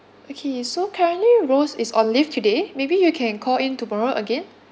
okay so currently rose is on leave today maybe you can call in tomorrow again